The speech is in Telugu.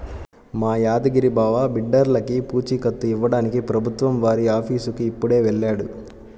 మా యాదగిరి బావ బిడ్డర్లకి పూచీకత్తు ఇవ్వడానికి ప్రభుత్వం వారి ఆఫీసుకి ఇప్పుడే వెళ్ళాడు